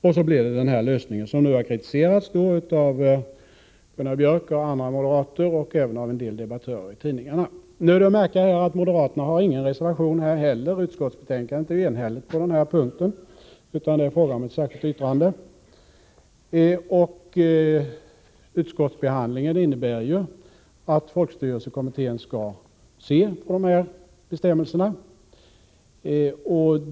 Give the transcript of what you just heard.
Det blev till sist den lösning som nu har kritiserats av Gunnar Biörck i Värmdö och andra moderater liksom av en del debattörer i tidningarna. Det är att märka att moderaterna inte heller här har någon reservation — utskottsbetänkandet är enhälligt på den här punkten — utan de har avgivit ett särskilt yttrande. Utskottet erinrar om att folkstyrelsekommittén skall se över dessa bestämmelser.